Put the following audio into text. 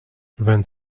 vingt